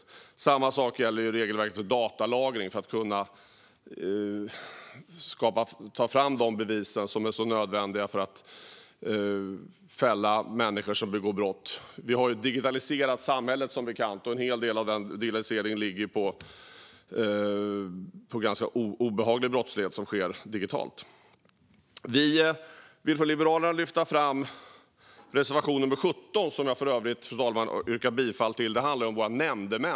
Detsamma gäller regelverket om datalagring för att kunna ta fram de bevis som är nödvändiga för att fälla människor som begår brott. Vi har ett digitaliserat samhälle, som bekant, och en hel del av digitaliseringen har koppling till ganska obehaglig brottslighet som sker digitalt. Vi vill från Liberalernas sida lyfta fram reservation nr 17, som jag för övrigt, fru talman, yrkar bifall till. Det handlar om våra nämndemän.